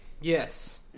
Yes